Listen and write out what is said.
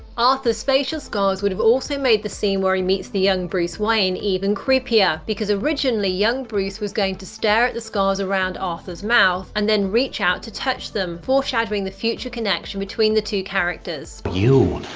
arthur's facial scars would have also made the scene where he meets the young bruce wayne even creepier because, originally, young bruce was going to stare at the scars around arthur's mouth and then reach out to touch them, foreshadowing the future connection between the two characters. you.